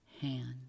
hand